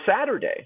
Saturday